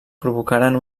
provocaren